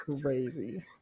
crazy